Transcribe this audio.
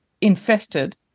infested